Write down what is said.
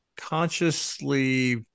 consciously